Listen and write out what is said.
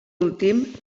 últim